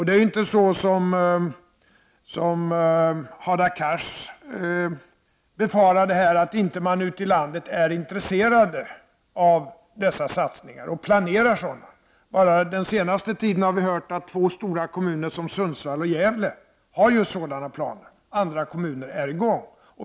Det är inte så som Hadar Cars befarar, att man ute i landet inte skulle vara intresserad av dessa satsningar och inte planera sådana. Bara under den senaste tiden har vi hört att två stora kommuner, Sundsvall och Gävle, har sådana planer. Andra kommuner är i gång.